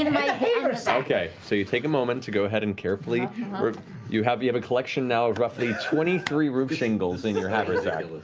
so okay. so you take a moment to go ahead and carefully you have you have a collection now of roughly twenty three roof shingles in your haversack.